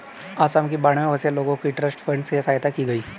आसाम की बाढ़ में फंसे लोगों की ट्रस्ट फंड से सहायता की गई